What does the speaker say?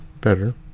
Better